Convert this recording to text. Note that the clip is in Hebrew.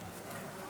"-